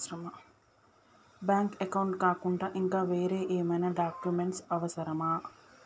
Bank account కాకుండా ఇంకా వేరే ఏమైనా డాక్యుమెంట్స్ అవసరమా?